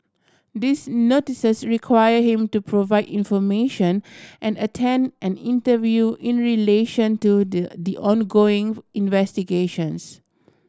these Notices require him to provide information and attend an interview in relation to the the ongoing investigations